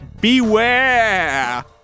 beware